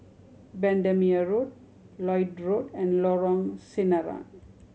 Bendemeer Road Lloyd Road and Lorong Sinaran